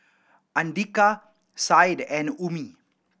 Andika Said and Ummi